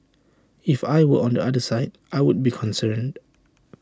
if I were on the other side I would be concerned